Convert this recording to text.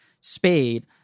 Spade